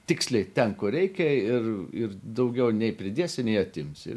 tiksliai ten kur reikia ir ir daugiau nei pridėsi nei atimsi